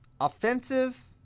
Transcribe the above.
offensive